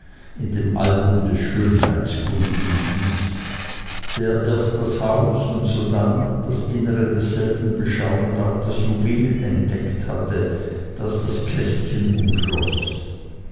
in dem album des schönheitskundigen lys der erst das haus und sodann das innere desselben beschauend auch das juwel entdeckt hatte das das kästchen